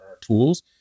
tools